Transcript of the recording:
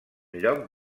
lloc